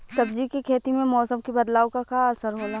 सब्जी के खेती में मौसम के बदलाव क का असर होला?